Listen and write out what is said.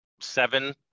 seven